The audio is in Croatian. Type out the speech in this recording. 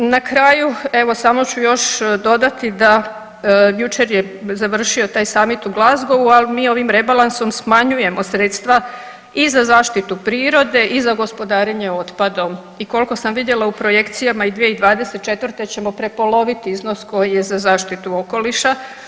Na kraju evo samo ću još dodati da jučer je završio taj samit u Glasgowu, al mi ovim rebalansom smanjujemo sredstva i za zaštitu prirode i za gospodarenje otpadom i kolko sam vidjela u projekcijama i 2024. ćemo prepoloviti iznos koji je za zaštitu okoliša.